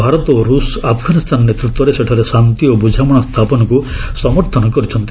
ଭାରତ ଓ ରୁଷ୍ ଆଫଗାନିସ୍ଥାନ ନେତୃତ୍ୱରେ ସେଠାରେ ଶାନ୍ତି ଓ ବୁଝାମଣା ସ୍ଥାପନକୁ ସମର୍ଥନ କରିଛନ୍ତି